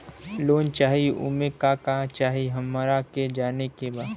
Loan चाही उमे का का चाही हमरा के जाने के बा?